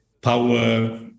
power